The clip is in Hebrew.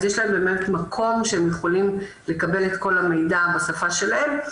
אז יש להם באמת מקום שהם יכולים לקבל את כל המידע בשפה שלהם,